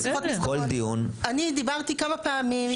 כל דיון --- אני דיברתי כמה פעמים.